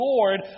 Lord